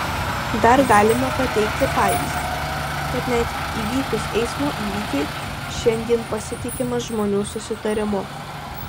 dar galime pateikti pavyzdį kad net įvykus eismo įvykiui šiandien pasitikima žmonių susitarimu